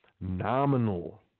nominal